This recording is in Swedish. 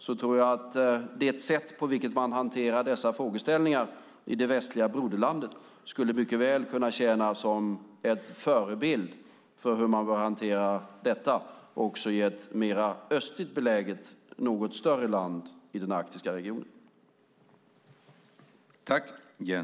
Jag tror att det sätt på vilket man hanterar dessa frågeställningar i det västliga broderlandet mycket väl skulle kunna tjäna som en förebild för hur man också bör hantera detta i ett mer östligt beläget, något större land i den arktiska regionen.